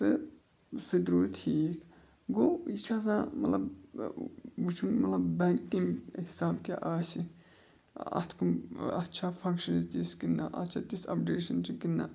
تہٕ سُہ تہِ روٗد ٹھیٖک گوٚو یہِ چھِ آسان ملب وٕچھُن مطلب بٮ۪نٛکِنٛگ حِساب کیٛاہ آسہِ اَتھ کُم اَتھ چھا فَنٛگشَنٕز تِژھ کِنۍ نَہ اَتھ چھا تِژھ اَپڈیشَن چھِ کِنہٕ نَہ